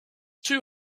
two